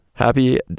Happy